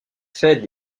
fait